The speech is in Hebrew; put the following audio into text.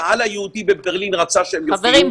הקהל היהודי בברלין רצה שהם יופיעו --- חברים,